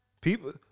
People